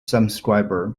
subscribers